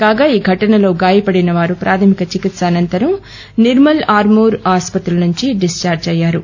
కాగా ఈఘటనలో గాయపడిన వారు ప్రాథమిక చికిత్స అనంతరం నిర్మల్ ఆర్మూర్ ఆస్పత్రు నుంచి డిశ్చార్ల్ అయ్యారు